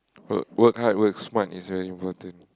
work work hard work smart is very important